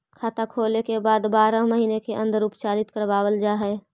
खाता खोले के बाद बारह महिने के अंदर उपचारित करवावल जा है?